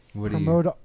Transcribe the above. Promote